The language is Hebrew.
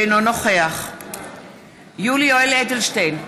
אינו נוכח יולי יואל אדלשטיין,